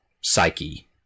psyche